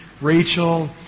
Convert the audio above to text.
Rachel